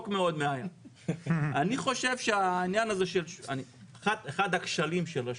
אני חושב שהעניין הזה, אחד הכשלים של השוק,